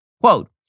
Quote